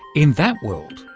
in that world,